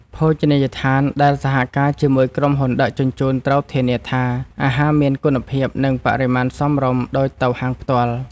ភោជនីយដ្ឋានដែលសហការជាមួយក្រុមហ៊ុនដឹកជញ្ជូនត្រូវធានាថា អាហារមានគុណភាព និងបរិមាណសមរម្យដូចទៅហាងផ្ទាល់។